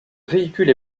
véhicule